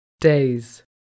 days